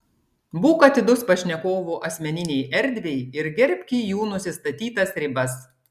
būk atidus pašnekovų asmeninei erdvei ir gerbki jų nusistatytas ribas